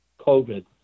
COVID